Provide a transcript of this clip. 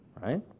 right